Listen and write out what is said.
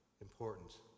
important